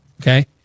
okay